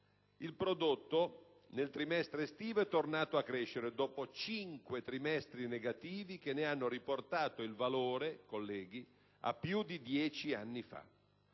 lordo nel trimestre estivo è tornato a crescere, dopo cinque trimestri negativi che ne hanno riportato il valore a più di dieci anni fa.